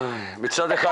מצד אחד